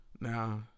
Now